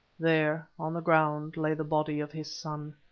there, on the ground, lay the body of his son.